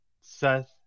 Seth